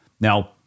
Now